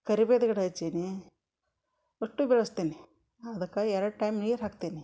ಕರಿಬೇವ್ದು ಗಿಡ ಹಚ್ಚೀನಿ ಅಷ್ಟೂ ಬೆಳೆಸ್ತೀನಿ ಅದಕ್ಕೆ ಎರಡು ಟೈಮ್ ನೀರು ಹಾಕ್ತೇನೆ